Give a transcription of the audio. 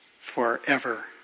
forever